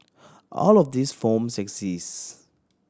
all of these forms exist